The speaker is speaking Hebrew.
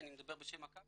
אני מדבר בשם מכבי,